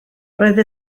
roedd